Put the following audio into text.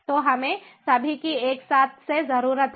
तो हमें सभी की एक साथ से जरूरत है